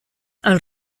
els